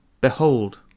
Behold